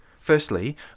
Firstly